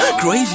Crazy